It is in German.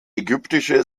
ägyptische